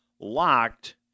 locked